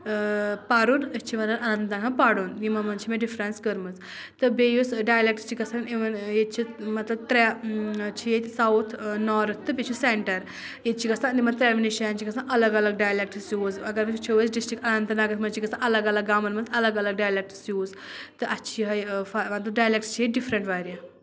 پَرُن أسۍ چھِ وَنان اَننت ناگ منٛز پَرُن یِمَن منٛز چھِ مےٚ ڈِفرَنٕس کٔرمٕژ تہٕ بیٚیہِ یُس ڈایلٮ۪کٹٕس چھِ گژھان اِوٕن ییٚتہِ چھِ مطلب ترٛےٚ چھِ ییٚتہِ ساوُتھ نارٕتھ تہٕ بیٚیہِ چھِ سٮ۪نٹَر ییٚتہِ چھِ گژھان چھِ گژھان الگ الگ ڈایلٮ۪کٹٕس یوٗز اگر أسۍ وٕچھو أسۍ ڈِسٹِرٛک اَنَنت ناگَس منٛز چھِ گژھان الگ الگ گامَن منٛز الگ الگ ڈایلٮ۪کٹٕس یوٗز تہٕ اَتھ چھِ یِہوٚے مطلب ڈایلٮ۪کٹٕس چھِ ییٚتہِ ڈِفرَنٛٹ واریاہ